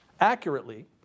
accurately